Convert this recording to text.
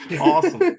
Awesome